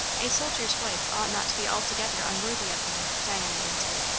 a soldier's wife ought not to be altogether unworthy of him, diana answered.